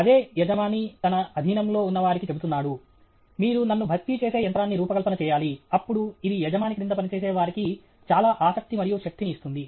అదే యజమాని తన అధీనంలో ఉన్నవారికి చెబుతున్నాడు మీరు నన్ను భర్తీ చేసే యంత్రాన్ని రూపకల్పన చేయాలి అప్పుడు ఇది యజమాని క్రింద పనిచేసే వారికి చాలా ఆసక్తి మరియు శక్తిని ఇస్తుంది